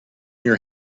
your